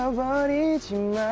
ah body. it's